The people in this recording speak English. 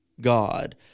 God